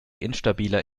instabiler